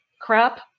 crap